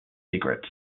secrets